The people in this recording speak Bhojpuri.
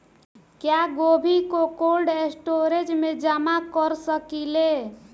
क्या गोभी को कोल्ड स्टोरेज में जमा कर सकिले?